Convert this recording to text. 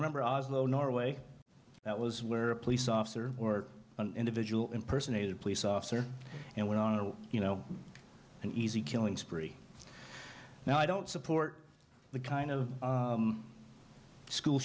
remember oslo norway that was where a police officer or an individual impersonated police officer and went on a you know an easy killing spree now i don't support the kind of school